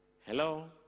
Hello